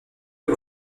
aux